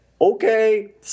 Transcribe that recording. okay